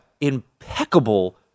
impeccable